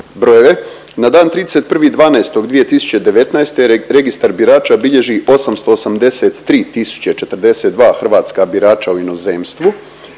brojeve. Na dan 31.12.2019. Registar birača bilježi 883 tisuće 42 hrvatska birača u inozemstvu,